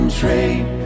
trade